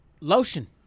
Lotion